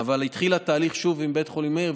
אבל התהליך התחיל שוב עם בית חולים מאיר,